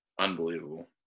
unbelievable